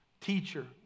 Teacher